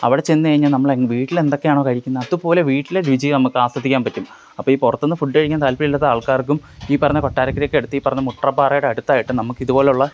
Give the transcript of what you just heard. അവിടെ ചെന്ന് കഴിഞ്ഞാല് നമ്മൾ അങ്ങ് വീട്ടിൽ എന്തൊക്കെയാണോ കഴിക്കുന്നത് അതുപോലെ വീട്ടിലെ രുചീ നമ്മക്കാസ്വദിക്കാൻ പറ്റും അപ്പോള് ഈ പുറത്തുനിന്ന് ഫുഡ് കഴിക്കാൻ താല്പര്യം ഇല്ലാത്ത ആൾക്കാർക്കും ഈ പറഞ്ഞ കൊട്ടാരക്കരയ്ക്കടുത്ത് ഇ പറഞ്ഞ മുട്ട്ര പാറയുടെ അടുത്തായിട്ട് നമുക്ക് ഇതുപോലുള്ള